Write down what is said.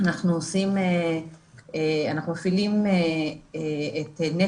אנחנו מפעילים את מרכז